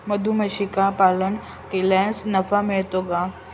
मधुमक्षिका पालन केल्यास नफा मिळेल का?